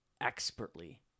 expertly